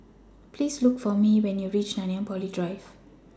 Please Look For Mae when YOU REACH Nanyang Poly Drive